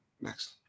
Next